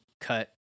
cut